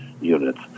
units